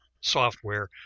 software